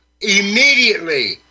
immediately